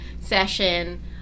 session